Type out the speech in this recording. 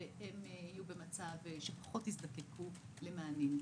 שהם יהיו במצב שפחות יזדקקו למענים.